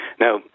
Now